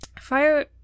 Fire